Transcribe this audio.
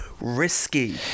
risky